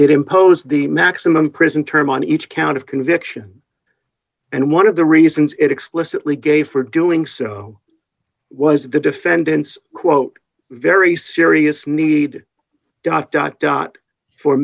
it imposed the maximum prison term on each count of conviction and one of the reasons it explicitly gave for doing so was that the defendants quote very serious need dot dot dot for